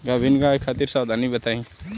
गाभिन गाय खातिर सावधानी बताई?